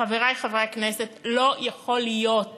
חברי חברי הכנסת, לא יכול להיות